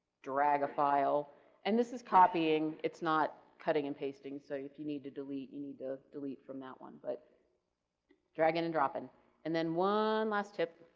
drag a file and this is copying, it's not cutting and pasting, so if you need to delete, you need to delete from that one, but dragging and dropping and the one last tip,